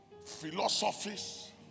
philosophies